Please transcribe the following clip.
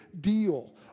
deal